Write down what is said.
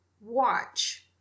watch